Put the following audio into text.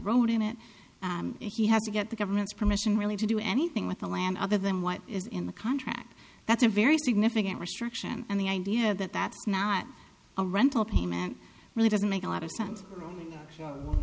road in it and he has to get the government's permission really to do anything with the land other than what is in the contract that's a very significant restriction and the idea that that's not a rental payment really doesn't make a lot of